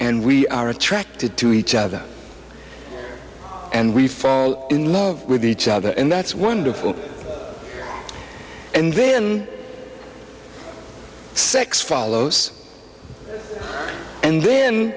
and we are attracted to each other and we fall in love with each other and that's wonderful and then sex follows and then